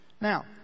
Now